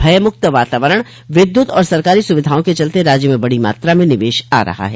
भयमुक्त वातावरण विद्युत और सरकारी सुविधाओं के चलते राज्य में बड़ी मात्रा में निवेश आ रहा है